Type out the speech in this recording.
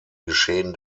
geschehen